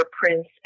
prince